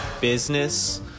business